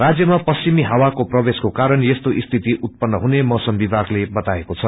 राज्यमा पश्चिमी हावाको प्रवेश्को कारण यस्तो स्थिति उत्पन्न हुने मोसम विभागले बताएको छ